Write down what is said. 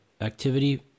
activity